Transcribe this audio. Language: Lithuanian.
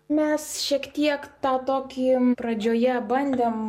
mes šiek tiek tą tokį pradžioje bandėm